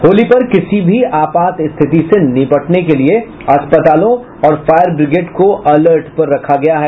होली पर किसी भी आपात स्थिति ने निबटने के लिए अस्पतालों और फायर ब्रिगेड को अलर्ट पर रखा गया है